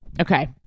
Okay